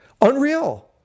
Unreal